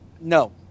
No